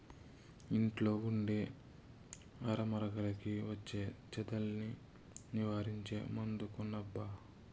ఇంట్లో ఉండే అరమరలకి వచ్చే చెదల్ని నివారించే మందు కొనబ్బా